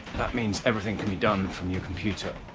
that means everything can be done from your computer,